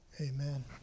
Amen